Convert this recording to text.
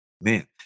Man